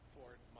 Ford